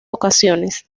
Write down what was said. ocasiones